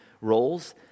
roles